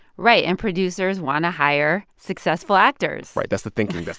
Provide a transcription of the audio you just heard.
right. and producers want to hire successful actors right. that's the thinking.